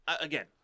again